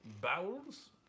bowels